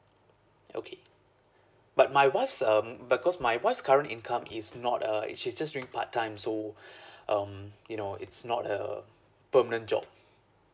okay but my wife's um because my wife's current income is not uh is she's just doing part time so um you know it's not a permanent job